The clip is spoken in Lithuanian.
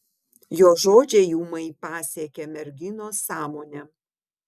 jo žodžiai ūmai pasiekė merginos sąmonę